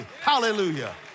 Hallelujah